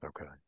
Okay